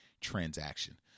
transaction